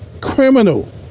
criminal